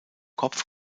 kopf